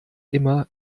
immer